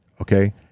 Okay